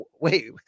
wait